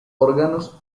órganos